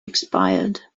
expired